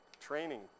training